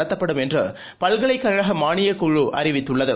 நடத்தப்படும் என்றுபல்கலைக் கழகமானியக் குழு அறிவித்துள்ளது